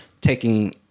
taking